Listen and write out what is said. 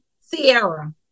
sierra